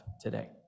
today